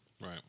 Right